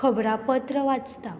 खबरापत्र वाचतां